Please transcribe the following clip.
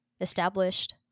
established